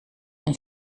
een